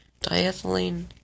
diethylene